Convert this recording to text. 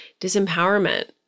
disempowerment